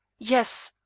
yes,